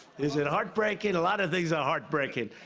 is it heartbreaking? a lot of things are heartbreaking.